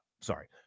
sorry